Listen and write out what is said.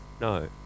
no